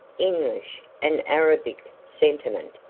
english and arabic sentiment,